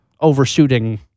overshooting